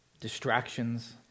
distractions